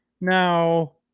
Now